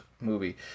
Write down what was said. movie